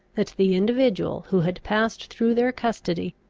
that the individual who had passed through their custody,